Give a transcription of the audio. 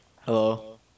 Hello